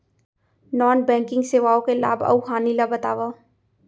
non banking सेवाओं के लाभ अऊ हानि ला बतावव